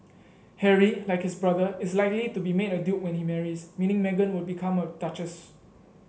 Harry like his brother is likely to be made a duke when he marries meaning Meghan would become a duchess